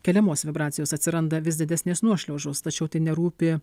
keliamos vibracijos atsiranda vis didesnės nuošliaužos tačiau tai nerūpi